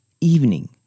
evening